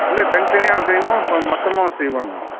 இல்லை தனித்தனியாகவும் செய்வோம் இப்போ மொத்தமாகவும் செய்வோம் நாங்கள்